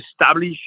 establish